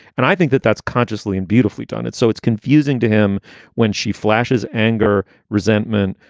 and i think that that's consciously and beautifully done. it's so it's confusing to him when she flashes anger, resentment,